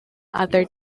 other